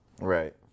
Right